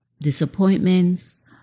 disappointments